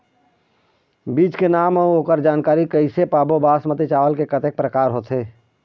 बीज के नाम अऊ ओकर जानकारी कैसे पाबो बासमती चावल के कतेक प्रकार होथे?